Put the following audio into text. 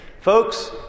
Folks